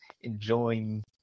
enjoying